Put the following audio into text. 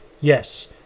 Yes